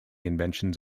inventions